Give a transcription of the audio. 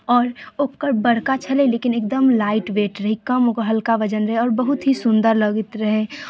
आओर ओकर बड़का छलै लेकिन एकदम लाइट वेट रहै कम ओकर हल्का वजन रहै और बहुत ही सुन्दर लगैत रहै